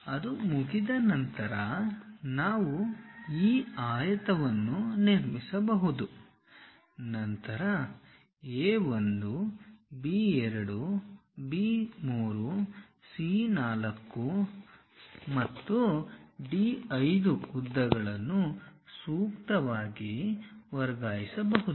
ಅದು ಮುಗಿದ ನಂತರ ನಾವು ಈ ಆಯತವನ್ನು ನಿರ್ಮಿಸಬಹುದು ನಂತರ A 1 B 2 B 3 C 4 and D 5 ಉದ್ದಗಳನ್ನು ಸೂಕ್ತವಾಗಿ ವರ್ಗಾಯಿಸಬಹುದು